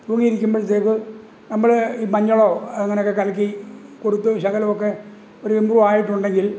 തൂങ്ങിയിരിക്കുമ്പോഴത്തേക്ക് നമ്മൾ മഞ്ഞളോ അങ്ങനെയൊക്കെ കലക്കി കൊടുത്ത് ശകലം ഒക്കെ ഒരു ഇമ്പ്രൂവ് ആയിട്ടുണ്ടെങ്കിൽ